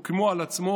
הוא כמו על עצמו